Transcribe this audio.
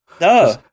No